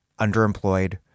underemployed